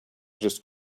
just